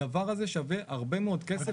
הדבר הזה שווה הרבה מאוד כסף.